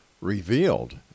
revealed